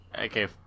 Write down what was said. Okay